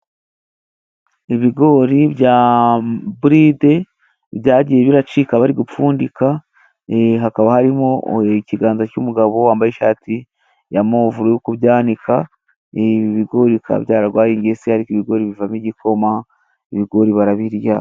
Ibigori bya iburide byagiye bicika bari gupfundika. Hakaba harimo ikiganza cy'umugabo wambaye ishati ya move uri kubyanika. Ibi bigori bikaba byararwaye ingese, ariko ibigori bivamo igikoma, ibigori barabirya.